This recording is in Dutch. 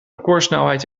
recordsnelheid